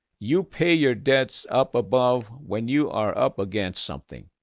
you pay your debts up above when you are up against something.